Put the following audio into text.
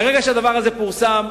מהרגע שהדבר הזה פורסם,